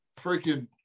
freaking